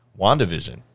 WandaVision